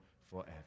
forever